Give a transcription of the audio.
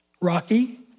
Rocky